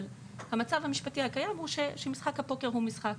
אבל המצב המשפטי הקיים הוא שמשחק פוקר הוא משחק